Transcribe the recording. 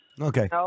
Okay